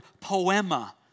poema